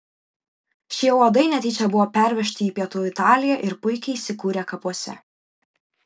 šie uodai netyčia buvo pervežti į pietų italiją ir puikiai įsikūrė kapuose